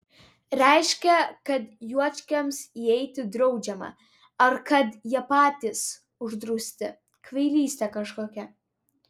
reiškia kad juočkiams įeiti draudžiama ar kad jie patys uždrausti kvailystė kažkokia